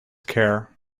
care